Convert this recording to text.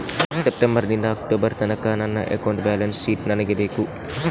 September ನಿಂದ October ತನಕ ನನ್ನ ಅಕೌಂಟ್ ಬ್ಯಾಲೆನ್ಸ್ ಶೀಟ್ ನನಗೆ ಬೇಕು